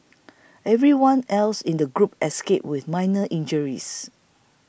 everyone else in the group escaped with minor injuries